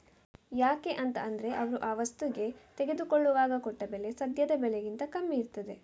ಯಾಕೆ ಅಂತ ಅಂದ್ರೆ ಅವ್ರು ಆ ವಸ್ತುಗೆ ತೆಗೆದುಕೊಳ್ಳುವಾಗ ಕೊಟ್ಟ ಬೆಲೆ ಸದ್ಯದ ಬೆಲೆಗಿಂತ ಕಮ್ಮಿ ಇರ್ತದೆ